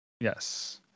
Yes